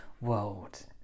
world